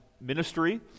ministry